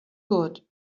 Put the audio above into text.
good